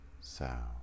sound